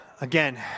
Again